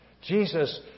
Jesus